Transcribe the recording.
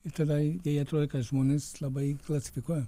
ir tada jai atrodė kad žmonės labai klasifikuoja